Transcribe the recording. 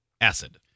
acid